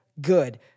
good